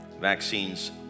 vaccines